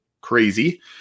crazy